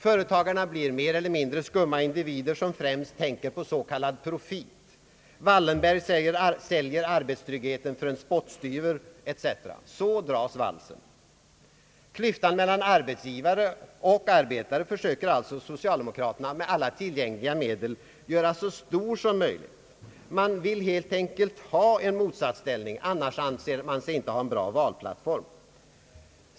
Företagarna blir mer eller mindre skumma individer, som främst tänker på s.k. profit. Wallenberg säljer arbetstryggheten för en Allmänpolitisk debatt spottstyver; så dras valsen. Klyftan mellan arbetsgivare och arbetstagare försöker alltså socialdemokraterna med alla tillgängliga medel göra så stor som möjligt. Man vill helt enkelt ha en motsatsställning, annars anser man sig inte ha en bra valplattform.